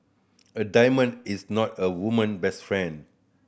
a diamond is not a woman best friend